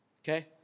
Okay